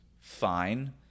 fine